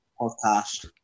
podcast